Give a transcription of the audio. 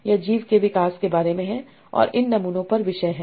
यह जीव के विकास के बारे में है और इन नमूनों पर विषय है